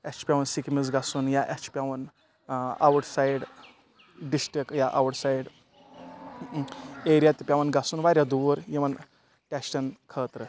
اَسِہ چھُ پٮ۪وان سِکِمٕز گژھُن یا اَسہِ چھُ پٮ۪وان آوُٹ سایڈ ڈِسٹرک یا آوُٹ سایڈ ایریا تہِ پٮ۪وان گژھُن واریاہ دوٗر یِمَن ٹٮ۪سٹَن خٲطرٕ